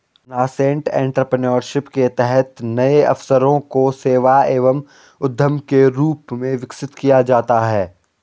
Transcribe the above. nascent entrepreneurship के तहत नए अवसरों को सेवा एवं उद्यम के रूप में विकसित किया जाता है